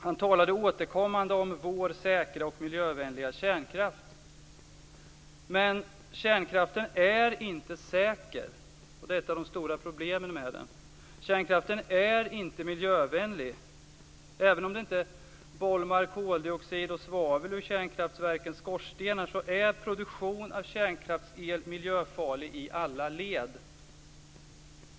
Han talade återkommande om vår säkra och miljövänliga kärnkraft. Men kärnkraften är inte säker, och det är ett av de stora problemen med den. Kärnkraften är inte miljövänlig. Även om det inte bolmar koldioxid och svavel ur kärnkraftverkens skorstenar är produktion av kärnkraftsel miljöfarlig i alla led.